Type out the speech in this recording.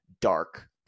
dark